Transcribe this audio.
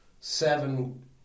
Seven